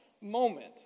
moment